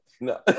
No